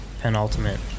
penultimate